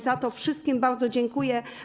Za to wszystkim bardzo dziękuję.